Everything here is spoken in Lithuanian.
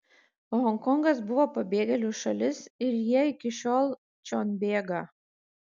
honkongas buvo pabėgėlių šalis ir jie iki šiol čion bėga